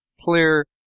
clear